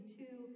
two